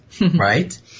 right